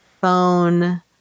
phone